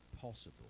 possible